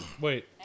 Wait